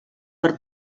per